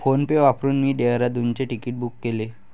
PhonePe वापरून मी डेहराडूनचे तिकीट बुक केले